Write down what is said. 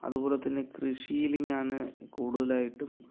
അതുപോലെത്തന്നെ കൃഷിയില് ഞാന് കൂടുതലായിട്ടും